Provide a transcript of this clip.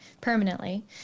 permanently